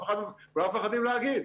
כולם מפחדים להגיד.